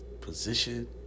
position